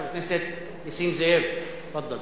חבר הכנסת נסים זאב, תפאדל.